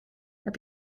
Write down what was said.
heb